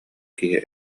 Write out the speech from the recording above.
киһи